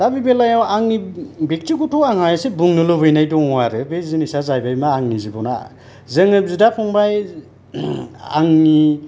दा बे बेलायाव आंनि बेक्तिगत' आंहा एसे बुंनो लुबैनाय दङ आरो बे जिनिसा जाहैबायमा आंनि जिबना जोङो बिदा फंबाइ आंनि